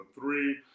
three